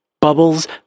Bubbles